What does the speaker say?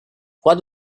what